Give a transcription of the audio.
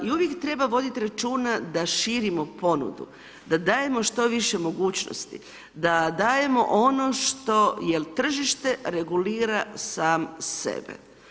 I uvijek treba voditi računa da širimo ponudu, da dajemo što više mogućnosti, da dajemo ono što jer tržište reguliram sebe.